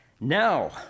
Now